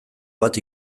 bat